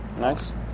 Nice